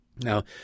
now